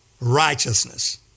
righteousness